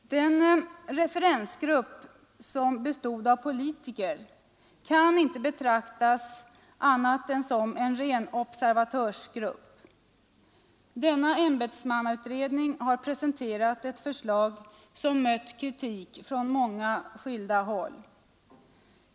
En referensgrupp som består av politiker kan inte betraktas som annat än en ren observatörsgrupp. Denna ämbetsmannautredning har presenterat ett förslag som mötts av kritik från många olika håll.